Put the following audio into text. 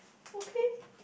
okay